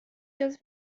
dass